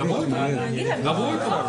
אמרתי את זה.